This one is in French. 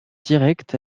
direct